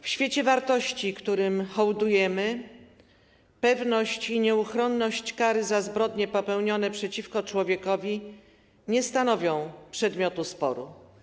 W świecie wartości, którym hołdujemy, pewność i nieuchronność kary za zbrodnie popełnione przeciwko człowiekowi nie stanowią przedmiotu sporu.